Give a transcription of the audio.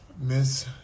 Miss